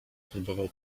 próbował